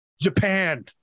Japan